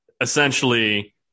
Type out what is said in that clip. Essentially